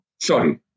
Sorry